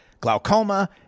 glaucoma